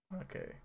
okay